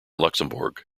luxembourg